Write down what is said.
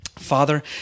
Father